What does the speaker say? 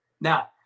Now